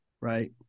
Right